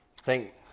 thank